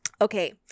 Okay